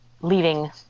leaving